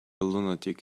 lunatic